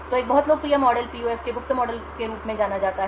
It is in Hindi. तो एक बहुत लोकप्रिय मॉडल पीयूएफ के गुप्त मॉडल के रूप में जाना जाता है